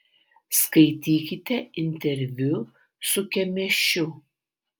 skaitykite interviu su kemėšiu